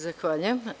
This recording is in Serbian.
Zahvaljujem.